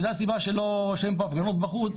וזאת הסיבה שבגללה אין פה הפגנות בחוץ,